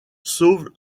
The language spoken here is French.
sauvent